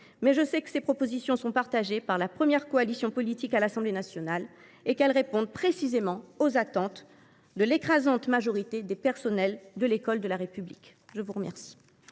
Mais je sais que ces propositions sont partagées par la première coalition politique à l’Assemblée nationale et qu’elles répondent précisément aux attentes de l’écrasante majorité des personnels de l’école de la République. La parole